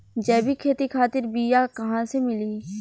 जैविक खेती खातिर बीया कहाँसे मिली?